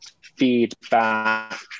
feedback